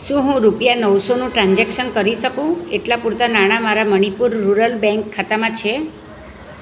શું હું રૂપિયા નવસોનું ટ્રાન્ઝેક્શન કરી શકું એટલાં પૂરતા નાણા મારા મણીપુર રૂરલ બેંક ખાતામાં છે